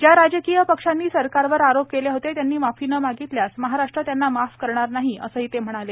ज्या राजकीय पक्षांनी सरकारवर आरोप केले होते त्यांनी माफी न मागितल्यास महाराष्ट्र त्यांना माफ करणार नाही असं ते म्हणाले